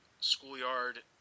schoolyard